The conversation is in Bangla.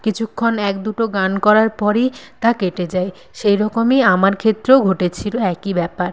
কিছুক্ষণ এক দুটো গান করার পরেই তা কেটে যায় সেই রকমই আমার ক্ষেত্রেও ঘটেছিলো একই ব্যাপার